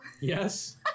Yes